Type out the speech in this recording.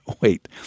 wait